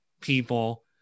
people